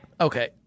Okay